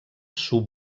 sous